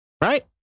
Right